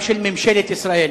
גם של ממשלת ישראל,